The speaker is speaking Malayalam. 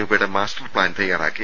രൂപയുടെ മാസ്റ്റർ പ്ലാൻ തയാറാക്കി